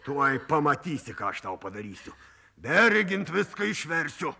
tuoj pamatysi ką aš tau padarysiu beregint viską išversiu